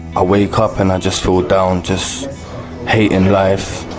i wake up and i just feel down, just hating life,